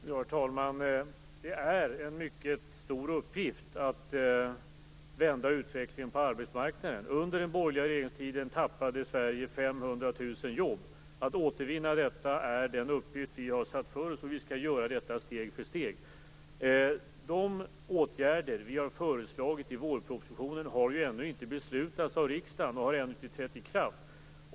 Herr talman! Det är en mycket stor uppgift att vända utvecklingen på arbetsmarknaden. Under den borgerliga regeringstiden förlorade Sverige 500 000 jobb. Att återvinna dessa jobb är den uppgift som vi har föresatt oss, och vi skall göra detta steg för steg. De åtgärder som vi har föreslagit i vårpropositionen har ju ännu inte beslutats av riksdagen och har ännu inte trätt i kraft.